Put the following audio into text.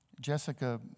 Jessica